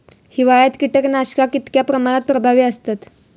हिवाळ्यात कीटकनाशका कीतक्या प्रमाणात प्रभावी असतत?